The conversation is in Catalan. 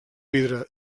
vidre